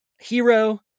hero